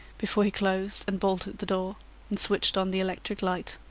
before he closed and bolted the door and switched on the electric light.